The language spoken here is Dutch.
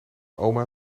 oma